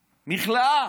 מכלאה,